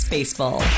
Baseball